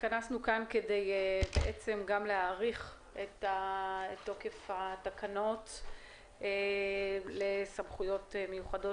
התכנסנו כאן כדי להאריך את תוקף התקנות לסמכויות מיוחדות